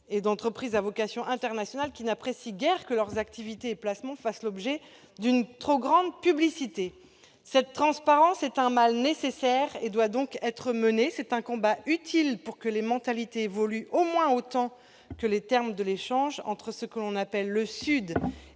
et d'entreprises à vocation internationale qui n'apprécient guère que leurs activités et placements fassent l'objet d'une trop grande publicité. Cette transparence est un mal nécessaire. Le combat doit être mené ; il est utile pour que les mentalités évoluent au moins autant que les termes de l'échange entre ce que l'on appelle le Sud